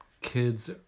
Kids